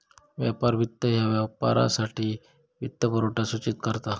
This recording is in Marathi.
व्यापार वित्त ह्या व्यापारासाठी वित्तपुरवठा सूचित करता